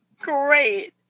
great